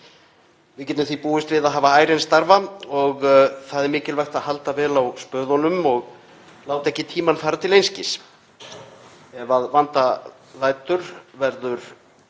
Við getum búist við því að hafa ærinn starfa og það er mikilvægt að halda vel á spöðunum og láta ekki tímann fara til einskis. Ef að vanda lætur verður